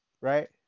right